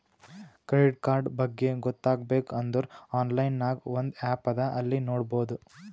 credit card ಬಗ್ಗೆ ಗೊತ್ತ ಆಗ್ಬೇಕು ಅಂದುರ್ ಆನ್ಲೈನ್ ನಾಗ್ ಒಂದ್ ಆ್ಯಪ್ ಅದಾ ಅಲ್ಲಿ ನೋಡಬೋದು